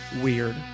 weird